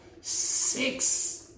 six